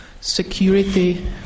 security